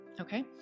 Okay